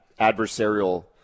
adversarial